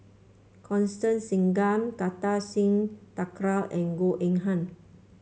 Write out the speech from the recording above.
Constance Singam Kartar Singh Thakral and Goh Eng Han